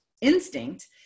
instinct